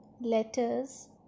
letters